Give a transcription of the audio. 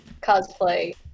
cosplay